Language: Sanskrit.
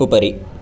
उपरि